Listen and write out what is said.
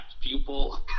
pupil